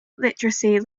literary